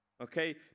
okay